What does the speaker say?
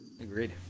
Agreed